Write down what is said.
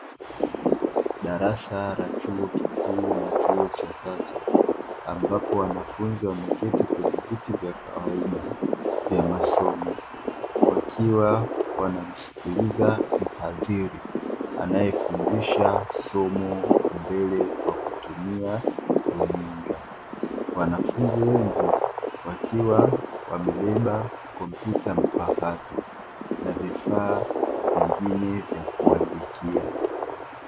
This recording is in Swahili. Darasa la chuo kikuu na chuo cha kati, ambapo wanafunzi wameketi kwenye viti vya kawaida vya masomo, wakiwa wanamsikiliza mhadhiri anayefundisha somo mbele kwa kutumiwa runinga. Wanafunzi wengi wakiwa wamebeba kompyuta mpakato na vifaa vingine vya kuandikia.